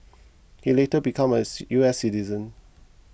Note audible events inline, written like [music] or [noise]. he later became a [unintelligible] U S citizen